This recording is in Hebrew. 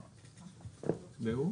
ל-14ט?